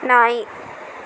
ನಾಯಿ